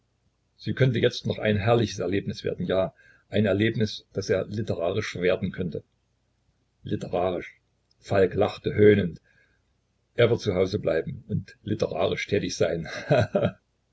sie könnte jetzt noch ein herrliches erlebnis werden ja ein erlebnis das er literarisch verwerten könnte literarisch falk lachte höhnend er wird zu hause bleiben und literarisch tätig sein